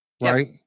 Right